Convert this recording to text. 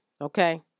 okay